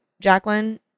jacqueline